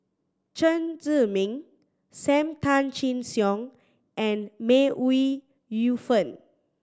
Chen Zhiming Sam Tan Chin Siong and May Ooi Yu Fen